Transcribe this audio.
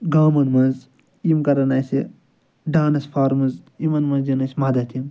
گامَن مَنٛز یِم کَرَن اسہِ ڈانَس فارمٕز یمن مَنٛز دِنی اسہِ مدد یِم